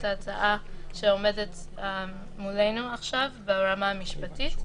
ההצעה שעומדת מולנו עכשיו ברמה המשפטית,